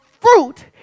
fruit